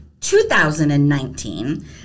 2019